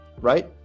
right